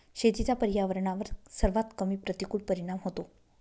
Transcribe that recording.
शेतीचा पर्यावरणावर सर्वात कमी प्रतिकूल परिणाम होतो